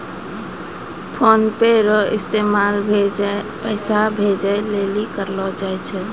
PhonePe रो इस्तेमाल पैसा भेजे लेली करलो जाय छै